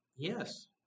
Yes